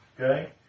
Okay